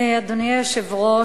אדוני היושב-ראש,